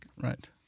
Right